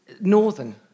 northern